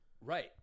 Right